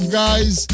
guys